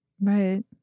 Right